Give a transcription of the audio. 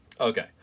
Okay